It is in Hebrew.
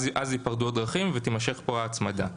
אז ייפרדו הדרכים ותמשך פה ההצמדה.